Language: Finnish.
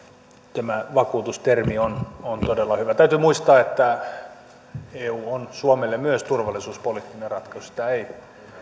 tämä vakuutus termi on on todella hyvä täytyy muistaa että eu on suomelle myös turvallisuuspoliittinen ratkaisu sitä ei